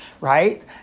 right